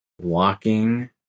walking